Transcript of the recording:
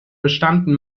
bestanden